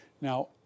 Now